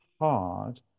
hard